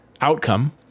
outcome